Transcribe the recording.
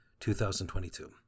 2022